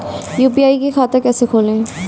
UPI का खाता कैसे खोलें?